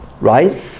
right